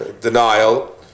denial